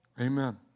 Amen